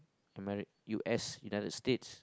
ameri~ U S United States